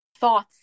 thoughts